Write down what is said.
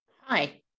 hi